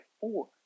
four